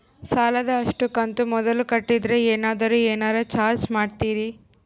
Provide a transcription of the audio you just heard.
ಸಾಲದ ಅಷ್ಟು ಕಂತು ಮೊದಲ ಕಟ್ಟಿದ್ರ ಏನಾದರೂ ಏನರ ಚಾರ್ಜ್ ಮಾಡುತ್ತೇರಿ?